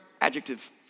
adjective